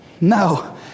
No